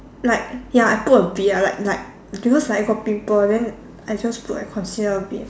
like ya I put a bit ya like like because I got pimple then I just put like concealer a bit